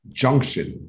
junction